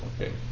okay